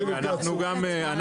עשינו התייעצות --- אנחנו גם צד,